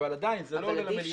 אבל עדיין זה לא עולה למליאה לקריאה